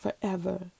forever